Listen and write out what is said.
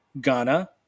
ghana